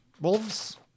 wolves